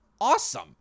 awesome